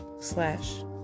slash